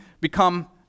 become